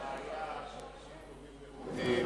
הראיה שאנשים טובים ואיכותיים,